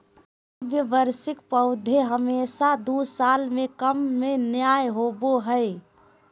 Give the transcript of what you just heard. द्विवार्षिक पौधे हमेशा दू साल से कम में नयय होबो हइ